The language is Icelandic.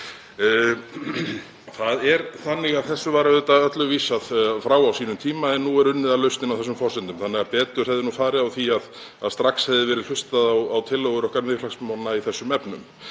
ganga í það mál.“ Þessu var auðvitað öllu vísað frá á sínum tíma en nú er unnið að lausninni á þessum forsendum þannig að betur hefði farið á því að strax hefði verið hlustað á tillögur okkar Miðflokksmanna í þessum efnum.